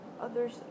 Others